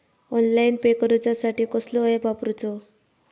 Online pay करूचा साठी कसलो ऍप वापरूचो?